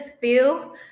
feel